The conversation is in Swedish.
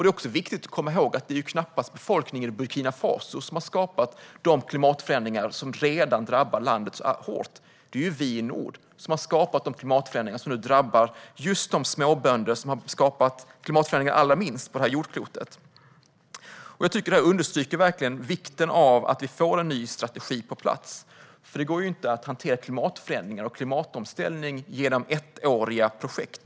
Det är också viktigt att komma ihåg att det knappast är befolkningen i Burkina Faso som har skapat de klimatförändringar som redan drabbar landet så hårt, utan det är vi i Nord. Vi har orsakat de klimatförändringar som nu drabbar just de småbönder som allra minst har skapat klimatförändringarna på jordklotet. Detta understryker verkligen vikten av att vi får en ny strategi på plats, för det går inte att hantera klimatförändringar och klimatomställning genom ettåriga projekt.